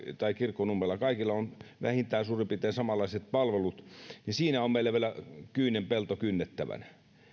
tai kirkkonummella kaikilla on vähintään suurin piirtein samanlaiset palvelut niin siinä on meillä vielä kyinen pelto kynnettävänä